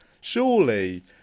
Surely